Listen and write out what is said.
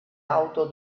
auto